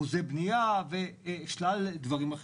אחוזי בנייה ושלל דברים אחרים.